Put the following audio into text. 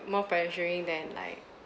more pressuring then like